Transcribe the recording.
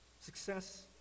Success